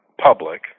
public